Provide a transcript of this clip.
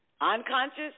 Unconscious